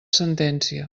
sentència